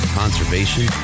conservation